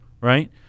right